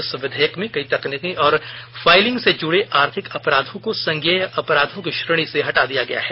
इस विधेयक में कई तकनीकी और फाइलिंग से जुड़े आर्थिक अपराधों को संज्ञेय अपराधों की श्रेणी से हटा दिया गया है